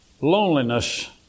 Loneliness